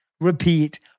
repeat